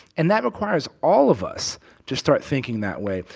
and that requires all of us to start thinking that way.